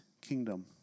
kingdom